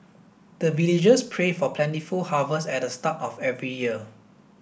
the villagers pray for plentiful harvest at the start of every year